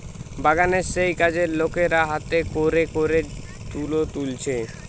বাগানের যেই কাজের লোকেরা হাতে কোরে কোরে তুলো তুলছে